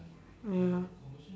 ya